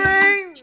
Rain